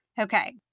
Okay